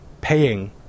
paying